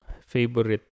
favorite